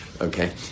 Okay